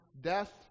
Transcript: death